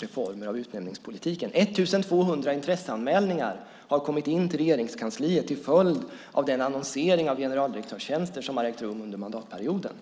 reformer av utnämningspolitiken. 1 200 intresseanmälningar har kommit in till Regeringskansliet till följd av den annonsering av generaldirektörstjänster som har ägt rum under mandatperioden.